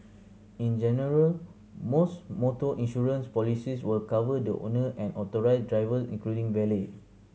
in general most motor insurance policies will cover the owner and authorised driver including valet